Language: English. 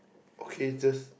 okay just